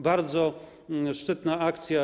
Bardzo szczytna akcja.